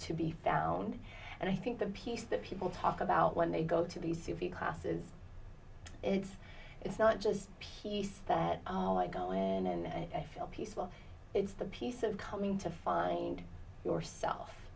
to be found and i think the piece that people talk about when they go to these sci fi classes it's it's not just peace that i go in and i feel peaceful it's the peace of coming to find yourself